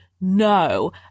no